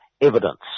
evidence